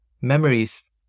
Memories